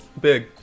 big